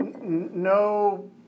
no